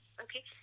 Okay